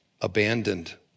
abandoned